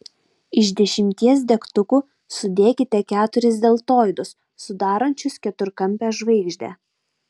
iš dešimties degtukų sudėkite keturis deltoidus sudarančius keturkampę žvaigždę